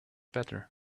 better